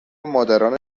مادران